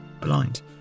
Blind